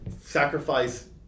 sacrifice